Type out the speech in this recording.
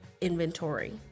inventory